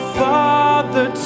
father